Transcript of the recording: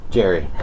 Jerry